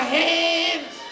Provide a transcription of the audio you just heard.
hands